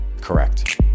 Correct